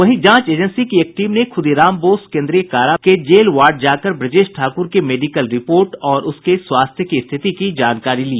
वहीं जांच एजेंसी की एक टीम ने ख़ुदीराम बोस केन्द्रीय कारा के जेल वार्ड जाकर ब्रजेश ठाक़ुर के मेडिकल रिपोर्ट और उसके स्वास्थ्य की स्थिति की जानकारी ली